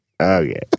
Okay